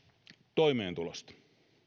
toimeentulosta